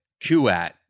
Kuat